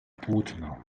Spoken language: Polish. płótno